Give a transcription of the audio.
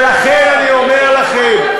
ולכן, אני אומר לכם,